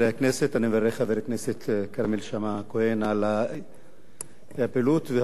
אני מברך את חבר הכנסת כרמל שאמה-הכהן על הפעילות והזריזות.